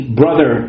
brother